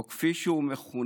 או כפי שהוא מכונה,